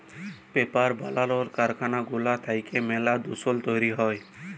paper বালালর কারখালা গুলা থ্যাইকে ম্যালা দুষল তৈরি হ্যয়